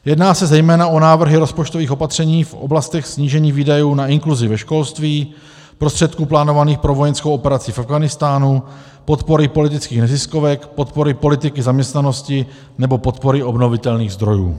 Jedná se zejména o návrhy rozpočtových opatření v oblastech snížených výdajů na inkluzi ve školství, prostředků plánovaných pro vojenskou operaci v Afghánistánu, podpory politických neziskovek, podpory politiky zaměstnanosti nebo podpory obnovitelných zdrojů.